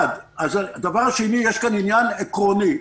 הדבר השני, יש פה עניין עקרוני: